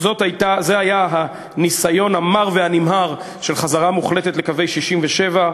זה היה הניסיון המר והנמהר של חזרה מוחלטת לקווי 67'